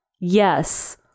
yes